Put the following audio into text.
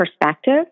perspective